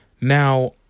Now